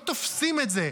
לא תופסים את זה,